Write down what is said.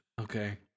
Okay